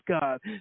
God